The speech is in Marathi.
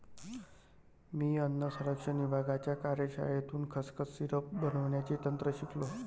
मी अन्न संरक्षण विभागाच्या कार्यशाळेतून खसखस सिरप बनवण्याचे तंत्र शिकलो